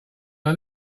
are